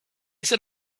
set